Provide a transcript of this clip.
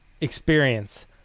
experience